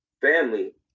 family